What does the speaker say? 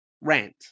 rant